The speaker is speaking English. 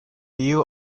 you